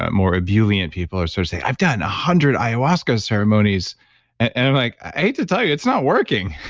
ah more ebullient people are sort of saying i've done a hundred ayahuasca ceremonies and i'm like, i hate to tell you it's not working.